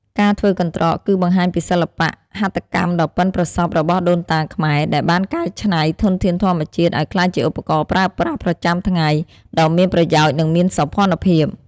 ការធ្វើកន្រ្តក គឺបង្ហាញពីសិល្បៈហត្ថកម្មដ៏ប៉ិនប្រសប់របស់ដូនតាខ្មែរ ដែលបានកែច្នៃធនធានធម្មជាតិឱ្យក្លាយជាឧបករណ៍ប្រើប្រាស់ប្រចាំថ្ងៃដ៏មានប្រយោជន៍ និងមានសោភ័ណភាព។